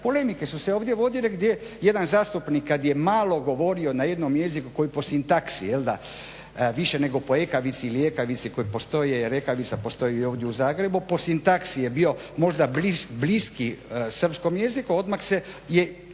polemike su se ovdje vodile gdje jedan zastupnik kada je malo govorio na jednom jeziku koji po sintaksi jel'da više nego po ekavici ili ekavici koji postoje, jer ekavica postoji i ovdje u Zagrebu, po sintaksi je bio možda bliski srpskom jeziku odmah je